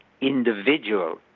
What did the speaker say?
individual